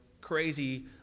crazy